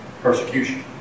persecution